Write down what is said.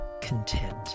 content